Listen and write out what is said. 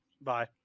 bye